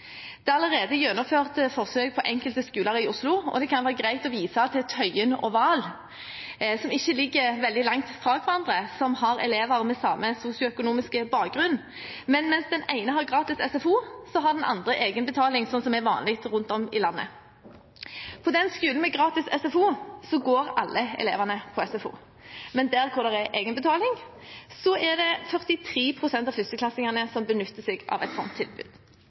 Det er allerede gjennomført forsøk på enkelte skoler i Oslo, og det kan være greit å vise til skolene Tøyen og Vahl. De ligger ikke langt fra hverandre, og de har elever med samme sosioøkonomiske bakgrunn. Men mens den ene har gratis SFO, har den andre egenbetaling, som er vanlig rundt om i landet. På skolen med gratis SFO går alle elevene på SFO, men der hvor det er egenbetaling, er det 43 pst. av førsteklassingene som benytter seg av et slikt tilbud.